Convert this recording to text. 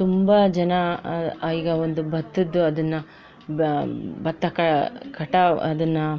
ತುಂಬ ಜನ ಈಗ ಒಂದು ಭತ್ತದ್ದು ಅದನ್ನ ಬ ಭತ್ತ ಕ ಕಟಾವು ಅದನ್ನು